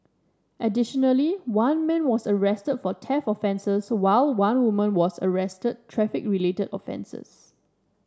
additionally one man was arrested for theft offences while one woman was arrested traffic related offences